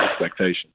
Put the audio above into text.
expectations